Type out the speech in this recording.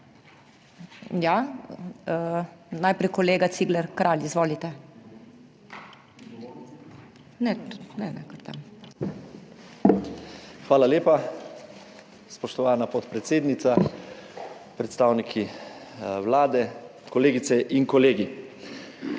Hvala lepa, spoštovana podpredsednica. Predstavniki Vlade, kolegice in kolegi!